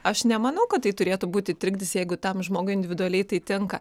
aš nemanau kad tai turėtų būti trikdis jeigu tam žmogui individualiai tai tinka